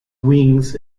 wings